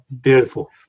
Beautiful